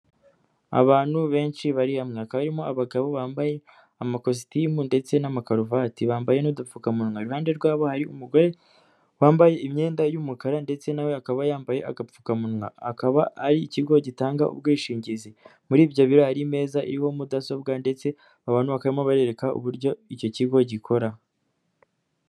Abantu benshi bari hamwe. Hakaba harimo abagabo bambaye amakositimu ndetse n'amakaruvati bambaye n'udupfukamunwa. Iruhande rwabo hari umugore wambaye imyenda y'umukara ndetse na we akaba yambaye agapfukamunwa. Akaba ari ikigo gitanga ubwishingizi. Muri ibyo biro hari imeza iriho mudasobwa ndetse abantu bakaba barimo babereka uburyo icyo kigo gikora.